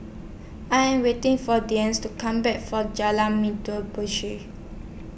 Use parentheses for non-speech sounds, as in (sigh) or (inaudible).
I Am waiting For Dicie to Come Back For Jalan (unintelligible) push